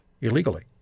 Illegally